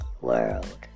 world